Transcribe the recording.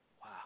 Wow